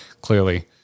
clearly